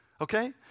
okay